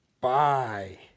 Bye